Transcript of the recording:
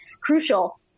crucial